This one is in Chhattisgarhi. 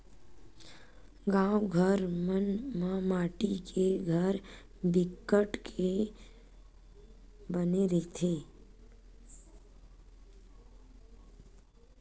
गाँव घर मन म माटी के घर बिकट के बने रहिथे